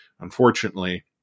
unfortunately